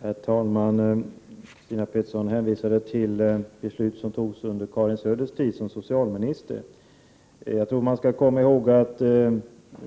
Herr talman! Christina Pettersson hänvisade till beslut som togs under Karin Söders tid som socialminister. Jag tror att man skall komma ihåg att det